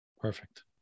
Perfect